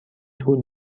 طول